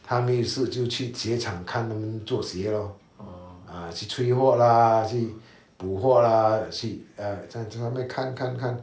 他没有事就去鞋厂看他们做鞋 lor ah 去催货 lah 去铺货 lah 去在那边看看看